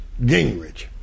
Gingrich